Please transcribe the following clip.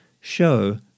show